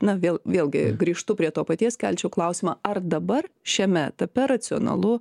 na vėl vėlgi grįžtu prie to paties kelčiau klausimą ar dabar šiame etape racionalu